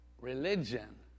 religion